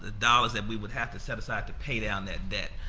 dollars that we would have to set aside to pay down that debt.